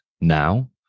now